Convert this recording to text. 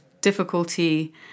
difficulty